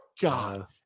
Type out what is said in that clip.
God